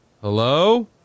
Hello